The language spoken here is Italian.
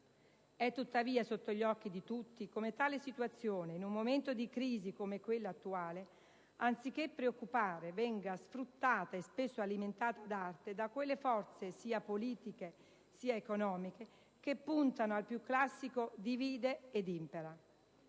È tuttavia sotto gli occhi di tutti come tale situazione, in un momento di crisi come quello attuale, anziché preoccupare venga sfruttata e spesso alimentata ad arte da quelle forze, sia politiche che economiche, che puntano al più classico *divide et impera*.